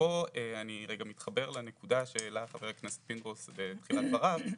ופה אני מתחבר רגע לנקודה שהעלה חבר הכנסת פינדרוס בתחילת דבריו,